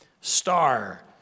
Star